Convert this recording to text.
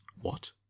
What